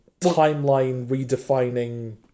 timeline-redefining